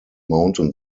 mountain